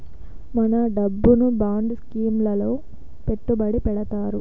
మన డబ్బును bond scheme లలో పెట్టుబడి పెడతారు